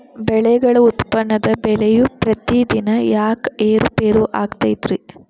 ಬೆಳೆಗಳ ಉತ್ಪನ್ನದ ಬೆಲೆಯು ಪ್ರತಿದಿನ ಯಾಕ ಏರು ಪೇರು ಆಗುತ್ತೈತರೇ?